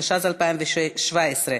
התשע"ז 2017,